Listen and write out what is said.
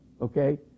okay